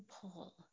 pull